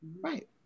right